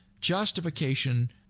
Justification